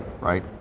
right